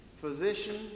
Physician